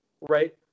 right